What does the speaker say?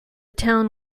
town